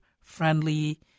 friendly